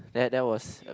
there there was a